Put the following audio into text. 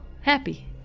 happy